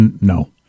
No